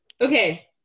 Okay